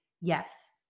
yes